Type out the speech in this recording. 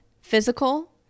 Physical